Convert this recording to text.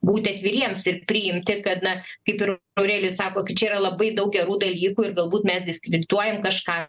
būti atviriems ir priimti kad na kaip ir aurelijus sako kad čia yra labai daug gerų dalykų ir galbūt mes diskredituojam kažką